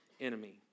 enemy